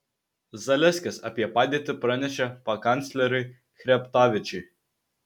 zaleskis apie padėtį pranešė pakancleriui chreptavičiui